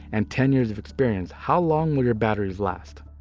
and ten years of experience, how long will your batteries last?